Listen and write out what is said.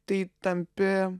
tai tampi